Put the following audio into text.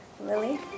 Lily